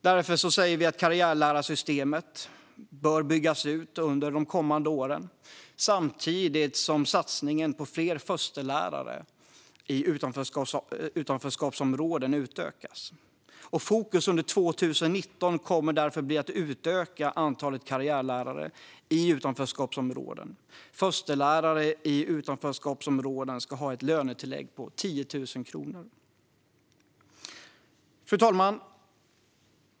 Därför säger vi att karriärlärarsystemet bör byggas ut under de kommande åren samtidigt som satsningen på fler förstelärare i utanförskapsområden utökas. Fokus under 2019 kommer därför att bli att utöka antalet karriärlärare i utanförskapsområden, och förstelärare i dessa områden ska ha ett lönetillägg på 10 000. Fru talman!